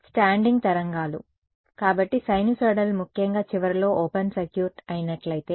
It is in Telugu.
స్టాండింగ్ తరంగాలు కాబట్టి సైనూసోయిడల్ ముఖ్యంగా చివరలో ఓపెన్ సర్క్యూట్ అయినట్లయితే